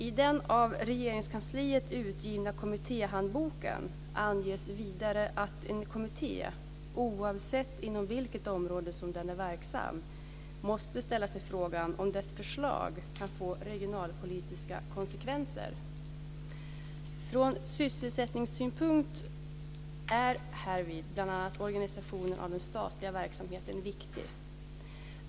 I den av Regeringskansliet utgivna Kommittéhandboken anges vidare att en kommitté, oavsett inom vilket område den är verksam, måste ställa sig frågan om dess förslag kan få regionalpolitiska konsekvenser. Från sysselsättningssynpunkt är härvid bl.a. organisationen av den statliga verksamheten viktig.